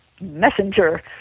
messenger